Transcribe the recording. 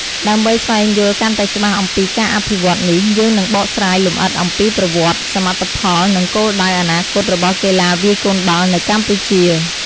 ដើម្បីស្វែងយល់កាន់តែច្បាស់អំពីការអភិវឌ្ឍន៍នេះ យើងនឹងបកស្រាយលម្អិតអំពីប្រវត្តិ សមិទ្ធផល និងគោលដៅអនាគតរបស់កីឡាវាយកូនបាល់នៅកម្ពុជា។